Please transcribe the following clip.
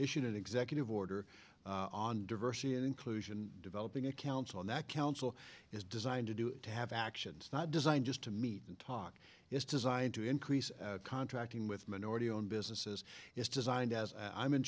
issued an executive order on diversity and inclusion developing accounts on that council is designed to do to have actions not designed just to meet and talk is designed to increase contracting with minority owned businesses it's designed as i'm in